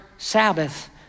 Sabbath